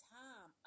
time